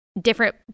different